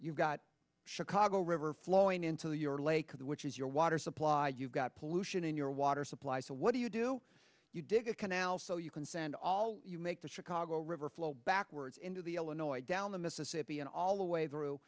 you've got chicago river flowing into your lake the which is your water supply you've got pollution in your water supply so what do you do you dig a canal so you can send all you make the chicago river flow backwards into the illinois down the mississippi and all the way through